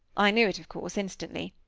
i knew it, of course, instantly.